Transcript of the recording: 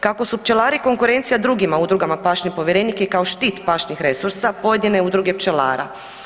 Kako su pčelari konkurencija drugima udrugama, pašni povjerenik je kao štit pašnih resursa pojedine udruge pčelara.